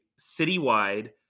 citywide